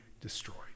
destroyed